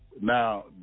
Now